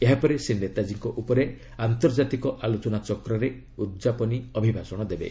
ଏହାପରେ ସେ ନେତାଜୀଙ୍କ ଉପରେ ଆନ୍ତର୍ଜାତିକ ଆଲୋଚନାଚକ୍ରରେ ଉଦ୍ଯାପନୀ ଅଭିଭାଷଣ ଦେବେ